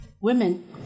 women